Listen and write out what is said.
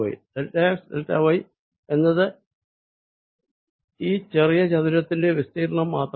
delta x delta y എന്നാൽ ചെറിയ ചതുരത്തിന്റെ ഏരിയ മാത്രമാണ്